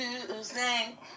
Tuesday